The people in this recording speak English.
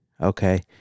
Okay